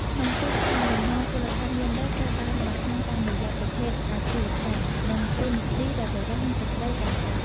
ក្នុងទីផ្សារ លំនាំពលកម្មយេនឌ័រត្រូវបានបង្ហាញតាមរយៈប្រភេទអាជីវកម្ម និងតួនាទីដែលបុរស និងស្ត្រីកាន់កាប់។